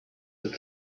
that